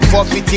450